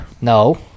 no